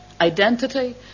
identity